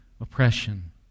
oppression